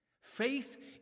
Faith